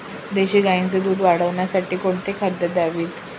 देशी गाईचे दूध वाढवण्यासाठी कोणती खाद्ये द्यावीत?